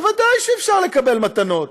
ודאי שאפשר לקבל מתנות,